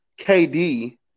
KD